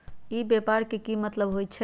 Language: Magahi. ई व्यापार के की मतलब होई छई?